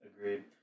Agreed